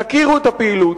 תכירו את הפעילות,